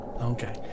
okay